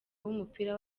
w’umupira